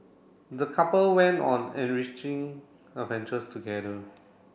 the couple went on enriching adventures together